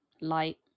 light